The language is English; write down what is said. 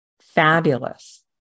Fabulous